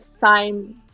time